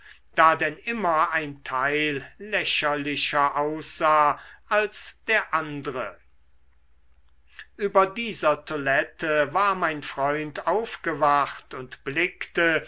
da denn immer ein teil lächerlicher aussah als der andre über dieser toilette war mein freund aufgewacht und blickte